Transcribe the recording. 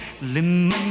Lemon